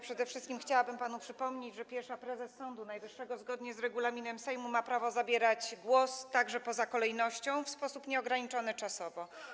Przede wszystkim chciałabym panu przypomnieć, że pierwsza prezes Sądu Najwyższego zgodnie z regulaminem Sejmu ma prawo zabierać głos także poza kolejnością w sposób nieograniczony czasowo.